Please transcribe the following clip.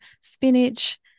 spinach